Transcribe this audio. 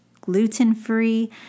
gluten-free